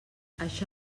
això